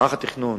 מערך התכנון